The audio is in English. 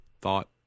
thought